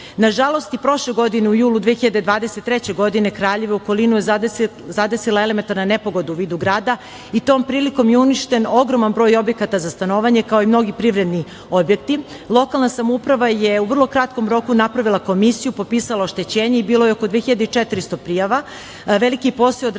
i prošle godine u julu 2023. godine Kraljevo i okolinu zadesila je elementarna nepogoda u vidu grada i tom prilikom je uništen ogroman broj objekata za stanovanje, kao i mnogi privredni objekti. Lokalna samouprava je u vrlo kratkom rokunapravila komisiju, popisala oštećenja. Bilo je oko 2.400 prijava. Veliki posao je odradio mali